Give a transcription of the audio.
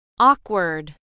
Awkward